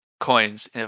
coins